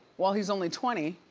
while he's only twenty.